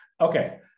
Okay